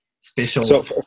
special